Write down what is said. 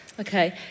Okay